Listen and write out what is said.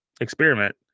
experiment